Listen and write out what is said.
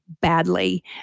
badly